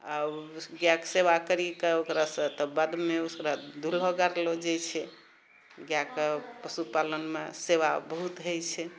आओर गाएके सेवा करिकऽ ओकरासँ तऽ बादमे ओकरा दुहलऽ गारलऽ जाइ छै गाएके पशुपालनमे सेवा बहुत होइ छै